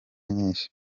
nyinshi